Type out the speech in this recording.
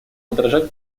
отражать